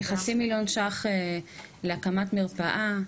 מדובר בחצי מיליון שקלים להקמת מרפאה.